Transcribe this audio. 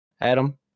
adam